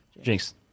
Jinx